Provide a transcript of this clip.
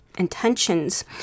Intentions